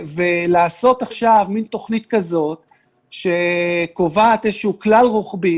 ולעשות עכשיו מין תוכנית כזו שקובעת איזשהו כלל רוחבי